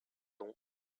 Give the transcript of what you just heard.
dont